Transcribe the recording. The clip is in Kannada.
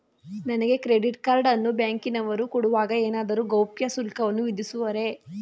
ನನಗೆ ಕ್ರೆಡಿಟ್ ಕಾರ್ಡ್ ಅನ್ನು ಬ್ಯಾಂಕಿನವರು ಕೊಡುವಾಗ ಏನಾದರೂ ಗೌಪ್ಯ ಶುಲ್ಕವನ್ನು ವಿಧಿಸುವರೇ?